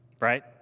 Right